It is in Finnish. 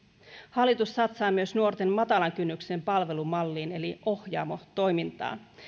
hallitus satsaa myös nuorten matalan kynnyksen palvelumalliin eli ohjaamo toimintaan